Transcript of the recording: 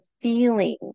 feeling